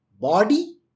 body